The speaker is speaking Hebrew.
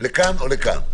לכאן או לכאן.